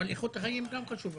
אבל איכות החיים גם חשובה.